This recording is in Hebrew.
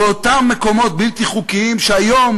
באותם מקומות בלתי חוקיים שהיום